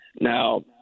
Now